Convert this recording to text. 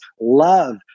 love